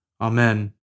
Amen